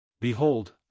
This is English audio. Behold